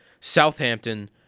Southampton